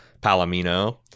Palomino